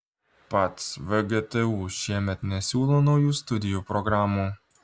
pats vgtu šiemet nesiūlo naujų studijų programų